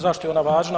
Zašto je ona važna?